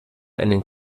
einen